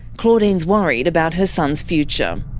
claudine's worried about her son's future.